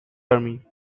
army